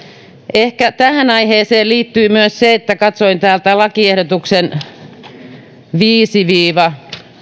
ehkä tähän aiheeseen liittyy myös se että katsoin lakiehdotuksen pykäliä viisi viiva